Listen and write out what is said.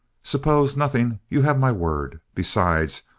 suppose nothing. you have my word. besides,